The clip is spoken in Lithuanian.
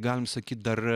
galim sakyt dar